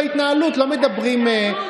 הממשלה הזאת מתפקדת יפה.